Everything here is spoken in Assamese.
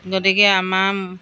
গতিকে আমাৰ